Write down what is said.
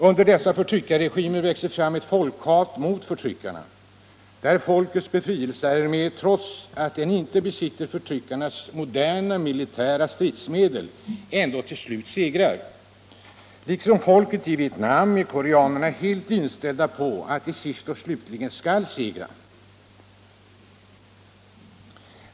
Under dessa förtryckarregimer växer fram ett folkhat mot förtryckarna, där folkets befrielsearmé, trots att den inte besitter förtryckarnas moderna militära stridsmedel, ändå till slut segrar. Liksom folket i Vietnam är koreanerna helt inställda på att de sist och slutligen skall segra.